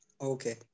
Okay